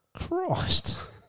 Christ